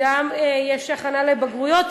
וגם יש הכנה לבגרויות,